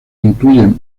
incluyen